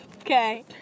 Okay